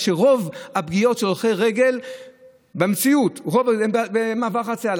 שרוב הפגיעות של הולכי רגל במציאות הן במעבר חציה.